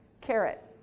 carrot